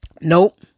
nope